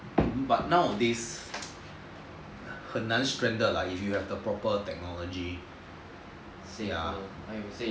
but nowadays 很难 stranded lah if you have the proper technology see ah